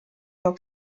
york